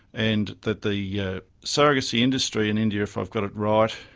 and that the yeah surrogacy industry in india, if i've got it right,